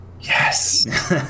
Yes